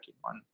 one